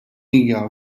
hija